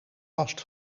last